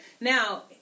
Now